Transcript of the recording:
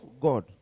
God